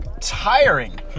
tiring